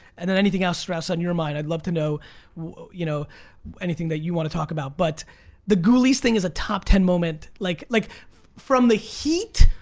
and then anything else, strauss, on your mind. i'd love to know you know anything that you wanna talk about. but the ghoulies thing is a top ten moment. like like from the heat,